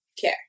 care